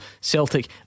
Celtic